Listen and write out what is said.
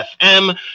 FM